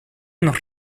nos